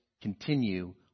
continue